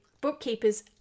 bookkeepers